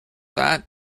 that